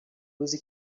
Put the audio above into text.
روزی